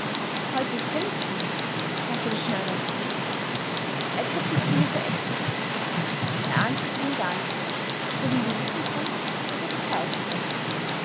heute ist tennisturnier hast du das schon einmal gesehen edgar blickte ihn nur verächtlich an er antwortete ihm gar nicht mehr zog nur die lippen krumm als ob er pfeifen wollte